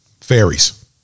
fairies